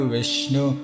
Vishnu